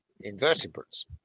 Invertebrates